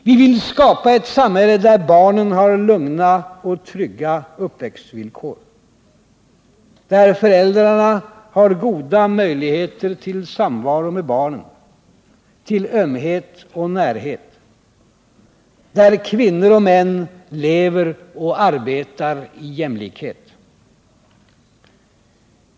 Vi vill skapa ett samhälle där barnen har lugna och trygga uppväxtvillkor, där föräldrarna har goda möjligheter till samvaro med barnen, till ömhet och närhet, där kvinnor och män lever och arbetar i jämlikhet.